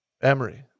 Emery